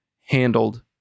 handled